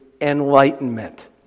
Enlightenment